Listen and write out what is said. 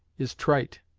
is trite,